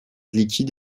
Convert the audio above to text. liquide